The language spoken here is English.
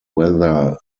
whether